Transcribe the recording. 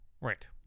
Right